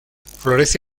florece